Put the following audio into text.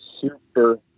super